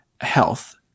health